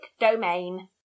domain